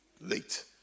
late